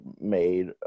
made